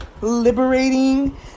liberating